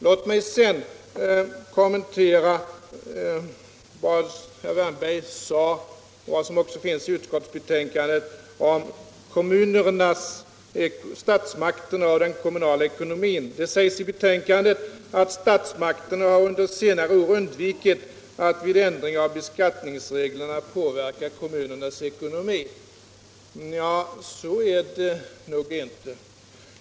Låt mig sedan kommentera vad herr Wärnberg sade om statsmakterna och den kommunala ekonomin. Detta finns även i skatteutskottets betänkande, där det heter: ”Statsmakterna har under senare år undvikit att vid ändringar av beskattningsreglerna påverka kommunernas ekonomi.” Så är det nog inte.